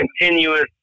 continuous